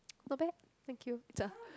not bad thank you